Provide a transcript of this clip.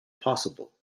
possible